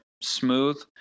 smooth